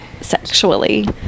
Sexually